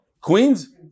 Queens